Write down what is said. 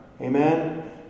Amen